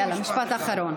יאללה, משפט אחרון.